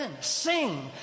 sing